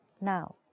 Now